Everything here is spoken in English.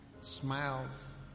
smiles